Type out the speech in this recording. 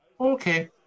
Okay